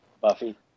Buffy